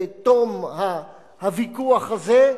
בתום הוויכוח הזה,